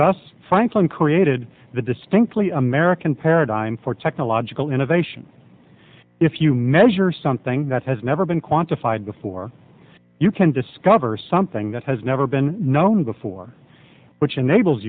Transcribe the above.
thus franklin created the distinctly american paradigm for technological innovation if you measure something that has never been quantified before you can discover something that has never been known before which enables